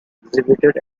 exhibited